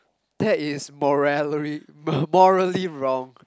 that is moral~ morally wrong